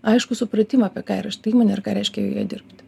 aiškų supratimą apie ką yra šita įmonė ir ką reiškia joje dirbti